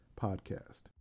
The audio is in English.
Podcast